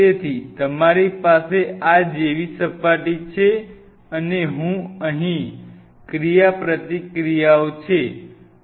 તેથી તમારી પાસે આ જેવી સપાટી છે અને અહીં ક્રિયાપ્રતિક્રિયાઓ છે